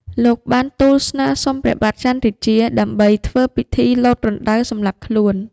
លោកបានទូលស្នើសុំព្រះបាទច័ន្ទរាជា ដើម្បីធ្វើពិធីលោតរណ្ដៅសម្លាប់ខ្លួន។